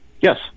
Yes